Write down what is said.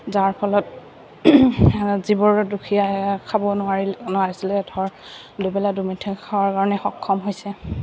যাৰ ফলত যিবোৰ দুখীয়া খাব নোৱাৰি নোৱাৰিছিলে ধৰ দুবেলা দুমুঠি খোৱাৰ কাৰণে সক্ষম হৈছে